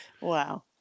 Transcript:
Wow